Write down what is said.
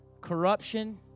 corruption